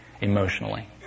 emotionally